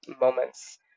moments